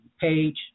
page